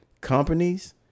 companies